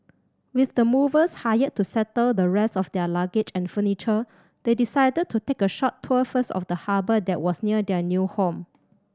with the movers hired to settle the rest of their luggage and furniture they decided to take a short tour first of the harbour that was near their new home